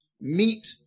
meet